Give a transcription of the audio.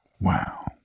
Wow